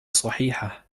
صحيحة